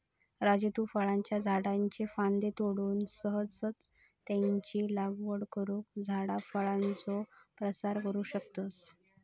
राजू तु फळांच्या झाडाच्ये फांद्ये तोडून सहजच त्यांची लागवड करुन फळझाडांचो प्रसार करू शकतस